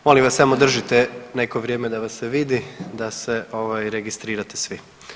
Molim vas samo držite neko vrijeme da vas se vidi, da se registrirate svi.